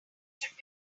should